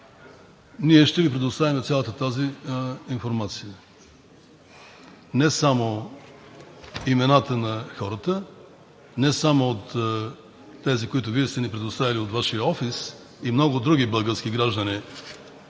ние ще Ви предоставим цялата тази информация. Не само имената на хората, не само от тези, които Вие сте ни предоставили от Вашия офис, а и много други български граждани,